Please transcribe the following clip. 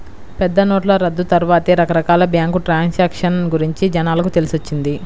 పెద్దనోట్ల రద్దు తర్వాతే రకరకాల బ్యేంకు ట్రాన్సాక్షన్ గురించి జనాలకు తెలిసొచ్చింది